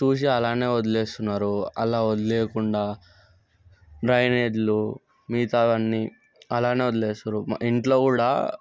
చూసి అలానే వదిలేస్తున్నారు అలా వదిలేయకుండా డ్రైనేజీలు మిగతావన్నీ అలానే వదిలేస్తారు ఇంట్లో కూడా